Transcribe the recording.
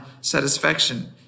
satisfaction